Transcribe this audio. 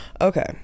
Okay